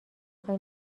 خوای